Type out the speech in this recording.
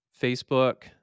Facebook